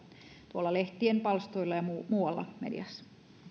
tuolla lehtien palstoilla ja muualla mediassa